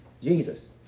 Jesus